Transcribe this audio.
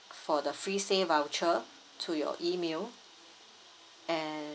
for the free stay voucher to your email and